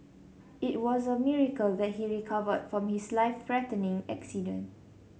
it was a miracle that he recovered from his life threatening accident